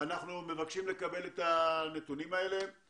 אנחנו מקדמים גז טבעי ואנרגיות מתחדשות כבר עשרות שנים.